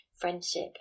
friendship